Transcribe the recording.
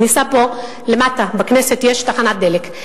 ניסע פה למטה, בכנסת, יש תחנת דלק.